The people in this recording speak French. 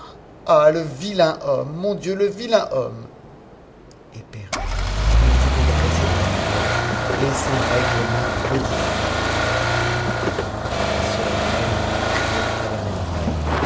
ah le vilain homme mon dieu le vilain homme éperdu il s'était dressé dans la cuvette et ses maigres mains maudissaient letondu solennel criait à travers la muraille